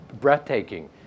breathtaking